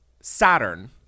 Saturn